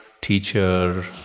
teacher